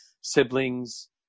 siblings